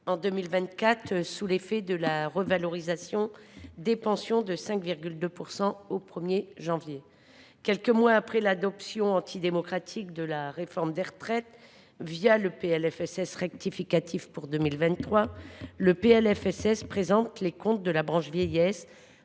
en 2024, sous l’effet de la revalorisation des pensions de 5,2 % au 1 janvier. Quelques mois après l’adoption antidémocratique de la réforme des retraites le PLFRSS pour 2023, le PLFSS pour 2024 présente un budget de la branche vieillesse